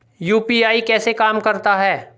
UPI कैसे काम करता है?